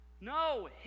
no